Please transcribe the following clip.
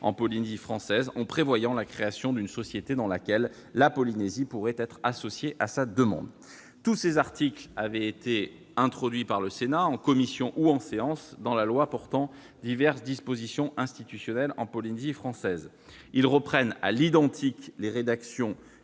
en Polynésie française, en prévoyant la création d'une société dans laquelle la Polynésie pourrait être associée à sa demande. Tous ces articles avaient été introduits par le Sénat, en commission ou en séance, dans la loi portant diverses dispositions institutionnelles en Polynésie française. Ils reprennent à l'identique les rédactions